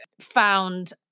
found